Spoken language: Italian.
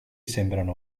sembrano